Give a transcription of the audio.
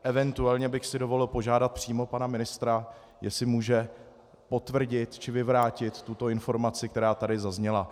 Eventuálně bych si dovolil požádat přímo pana ministra, jestli může potvrdit či vyvrátit tuto informaci, která tady zazněla.